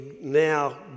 now